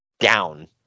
down